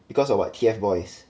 because of what T_F boys